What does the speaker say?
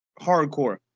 Hardcore